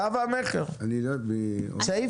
צו המכר,